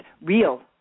real